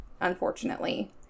unfortunately